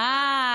ועברי.